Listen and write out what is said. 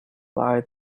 lie